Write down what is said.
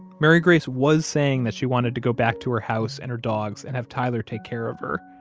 mary grace was saying that she wanted to go back to her house and her dogs and have tyler take care of her.